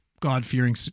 God-fearing